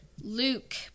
luke